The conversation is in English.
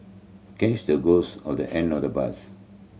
catch the ghost or the end of the bus